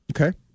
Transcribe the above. Okay